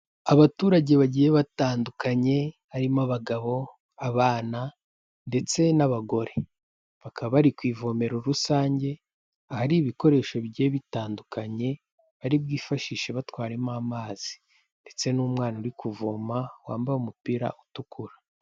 Abaturage bagiye batandukanye, harimo abagabo, abana ndetse n'abagore. Bakaba bari ku ivome rusange, ahari ibikoresho bigiye bitandukanye, bari bwifashishe batwaramo amazi. Ndetse n'umwana uri kuvoma wambaye umupira utukura.